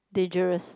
dangerous